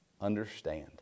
understand